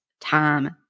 time